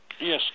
Yes